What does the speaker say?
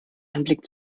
anblick